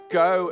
go